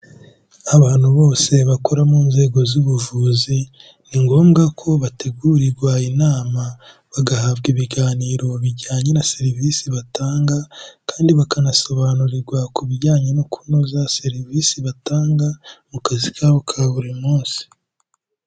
Abantu bose bakora mu nzego z'ubuvuzi, ni ngombwa ko bategurarirwa inama, bagahabwa ibiganiro bijyanye na serivisi batanga kandi bakanasobanurirwa ku bijyanye no kunoza serivisi batanga, mu kazi kabo ka buri munsi.